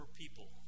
people